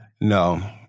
No